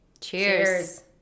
Cheers